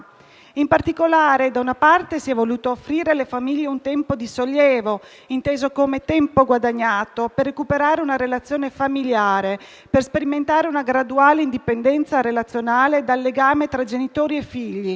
In particolare, da una parte si è voluto offrire alle famiglie un tempo di sollievo, inteso come tempo guadagnato per recuperare una relazione familiare, per sperimentare una graduale indipendenza relazionale del legame tra genitori e figli,